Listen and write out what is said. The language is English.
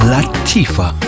Latifa